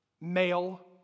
male